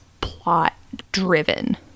plot-driven